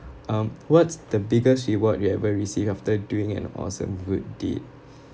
um what's the biggest reward you ever received after doing an awesome good deed